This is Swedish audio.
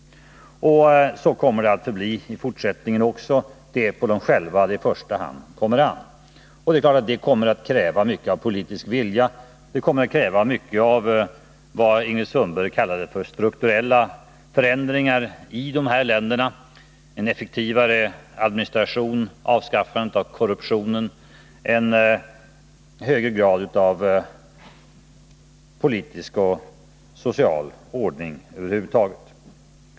Så kommer det också att förbli i fortsättningen. Det är på dem själva det i första hand kommer an. Det är klart att detta kommer att kräva mycket av politisk vilja, mycket av vad Ingrid Sundberg kallade för strukturella förändringar i dessa länder. Det innebär effektivare administration, avskaffande av korruptionen, högre grad av politisk och social ordning över huvud taget.